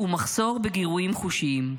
ומחסור בגירויים חושיים.